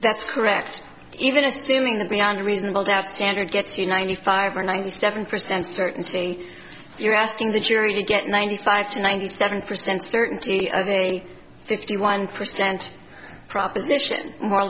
that's correct even assuming that beyond a reasonable doubt standard gets you ninety five or ninety seven percent certainty you're asking the jury to get ninety five to ninety seven percent certainty of a fifty one percent proposition more